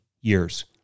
years